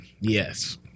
yes